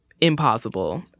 impossible